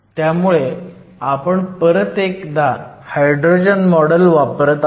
त्यामुळे आपण परत एकदा हायड्रोजन मॉडेल वापरत आहोत